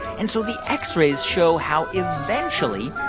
and so the x-rays show how, eventually,